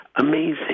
Amazing